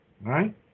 right